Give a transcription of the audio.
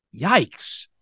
yikes